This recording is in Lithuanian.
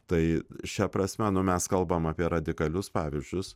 tai šia prasme nu mes kalbam apie radikalius pavyzdžius